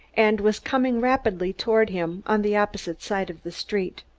and was coming rapidly toward him, on the opposite side of the street.